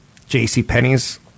JCPenney's